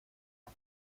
las